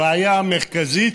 הבעיה המרכזית